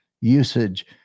usage